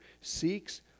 seeks